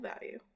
value